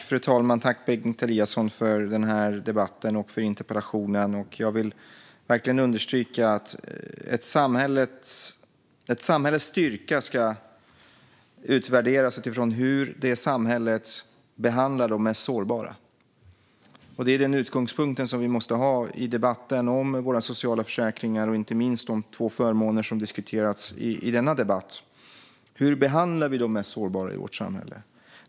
Fru talman! Tack, Bengt Eliasson, för debatten och interpellationen! Jag vill verkligen understryka att ett samhälles styrka ska värderas utifrån hur samhället behandlar de mest sårbara. Det är denna utgångspunkt som vi måste ha i debatten om våra sociala försäkringar, inte minst om de två förmåner som diskuterats i denna debatt. Hur behandlar vi de mest sårbara i vårt samhälle?